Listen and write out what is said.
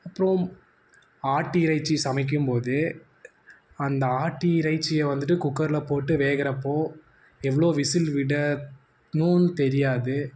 அப்புறோம் ஆட்டு இறைச்சி சமைக்கும்போது அந்த ஆட்டு இறைச்சியை வந்துட்டு குக்கரில் போட்டு வேகறப்போ எவ்வளோ விசில் விடணும்னு தெரியாது